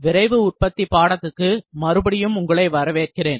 விரைவு உற்பத்தி பாடத்துக்கு மறுபடியும் உங்களை வரவேற்கிறேன்